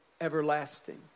everlasting